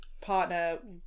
partner